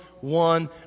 one